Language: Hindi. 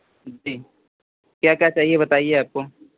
जी क्या क्या चाहिए बताइए आपको